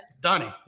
Donnie